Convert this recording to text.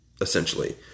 essentially